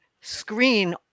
screen